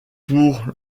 pour